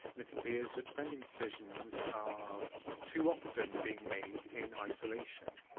and it appears that spending decisions are too often being made in isolation.